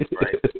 right